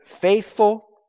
faithful